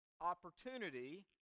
opportunity